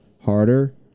harder